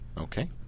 Okay